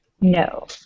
No